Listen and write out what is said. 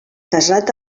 casat